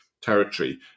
territory